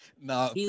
No